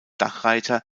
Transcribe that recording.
dachreiter